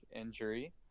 injury